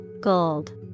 gold